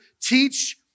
Teach